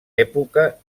època